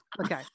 Okay